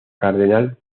cardenal